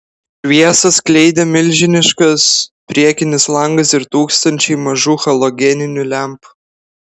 šviesą skleidė milžiniškas priekinis langas ir tūkstančiai mažų halogeninių lempų